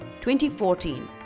2014